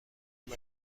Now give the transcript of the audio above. علی